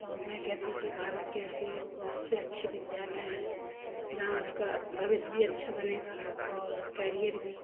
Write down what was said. तो मैं कहती कि भारत के ऐसे बहुत से अच्छे विद्यालय हैं जहाँ उसका भविष्य भी अच्छा बनेगा और कैरियर भी